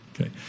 Okay